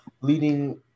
leading